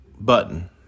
Button